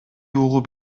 угуп